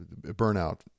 burnout